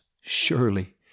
Surely